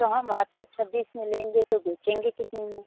तो हम आपसे छब्बीस में लेंगे तो बेचेंगे कितने में